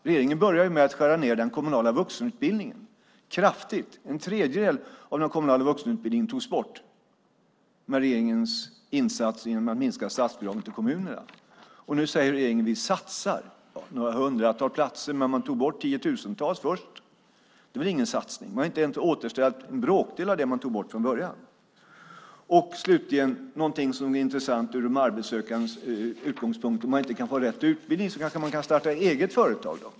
Regeringen började ju med att skära ned den kommunala vuxenutbildningen kraftigt. En tredjedel av den kommunala vuxenutbildningen togs bort med regeringens insats att minska statsbidragen till kommunerna. Och nu säger regeringen: Vi satsar några hundratal platser. Men man tog först bort tiotusentals. Det är väl ingen satsning. Man har inte återställt en bråkdel av det man tog bort från början. Slutligen någonting som är intressant ur de arbetssökandes utgångspunkt. Om man inte kan få rätt utbildning kanske man kan starta eget företag.